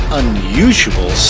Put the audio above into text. unusual